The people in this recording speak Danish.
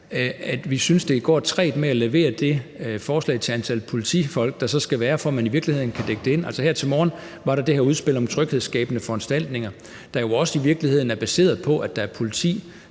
at det går trægt med at levere det antal politifolk, der så foreslås, at der skal være, for at man i virkeligheden kan dække det ind. Her til morgen var der det her udspil om tryghedsskabende foranstaltninger, der jo i virkeligheden er baseret på, at der er politi,